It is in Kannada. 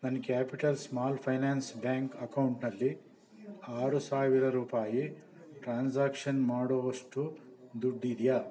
ನನ್ನ ಕ್ಯಾಪಿಟಲ್ ಸ್ಮಾಲ್ ಫೈನಾನ್ಸ್ ಬ್ಯಾಂಕ್ ಅಕೌಂಟ್ನಲ್ಲಿ ಆರು ಸಾವಿರ ರೂಪಾಯಿ ಟ್ರಾನ್ಸಾಕ್ಷನ್ ಮಾಡುವಷ್ಟು ದುಡ್ಡಿದೆಯಾ